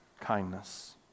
kindness